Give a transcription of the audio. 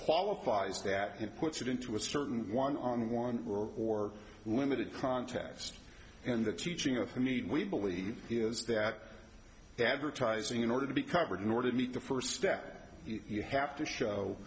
qualifies that it puts it into a certain one on one or limited context in the teaching of the mean we believe that advertising in order to be covered in order to meet the first step you have to show